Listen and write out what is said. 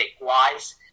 Wise